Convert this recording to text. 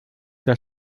der